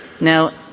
Now